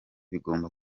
bigomba